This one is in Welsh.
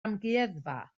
amgueddfa